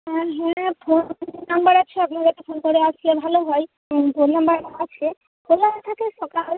আমার হ্যাঁ phone number আছে আপনার কাছে ফোন করে আসলেন ভালো হয় ফোন নম্বর আছে খোলা থাকে সকাল